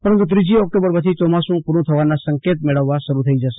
પરંતુ ત્રીજી ઓક્ટમ્બર પછી ચોમાસુ પુરૂ થવાના સંકેત મળવા શરૂ થઈ જશે